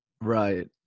Right